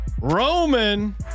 Roman